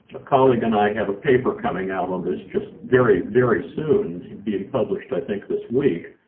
a colleague and i have a paper coming out on this just. very very soon being published, i think this week.